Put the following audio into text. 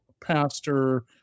pastor